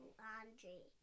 laundry